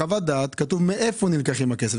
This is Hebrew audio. בחוות הדעת כתוב מאיפה נלקחים הכספים.